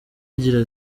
agira